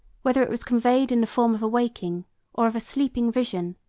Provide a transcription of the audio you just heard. whether it was conveyed in the form of a waking or of a sleeping vision,